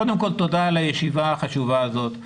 קודם כל, תודה על הישיבה החשובה הזאת.